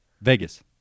Vegas